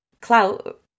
clout